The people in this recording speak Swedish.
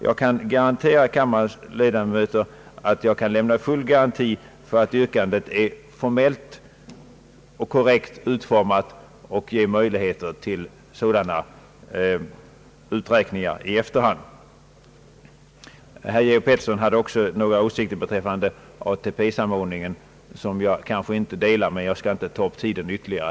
Jag kan lämna kammarens ledamöter full garanti för att yrkandet är formellt korrekt utformat och att det ger möjligheter till sådana uträkningar i efterhand. Herr Georg Pettersson framförde också några åsikter beträffande ATP-samordningen vilka jag kanske inte delar, men jag skall inte ta upp tiden ytterligare.